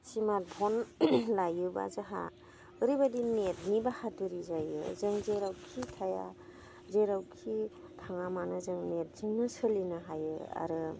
smartphone लायोबा जोंहा ओरैबायदि नेटनि बाहादुरि जायो जों जेरावखि थाया जेरावखि थाङा मानो जों नेटजोंनो सोलिनो हायो आरो